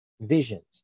visions